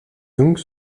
donc